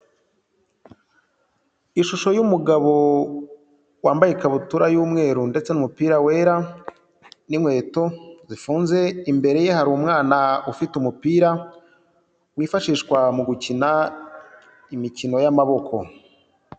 Ishusho y'umugabo wambaye ikabutura y'umweru ndetse n'umupira wera n'inkweto zifunze, imbere ye hari umwana ufite umupira, wifashishwa mu gukina imikino y'amaboko.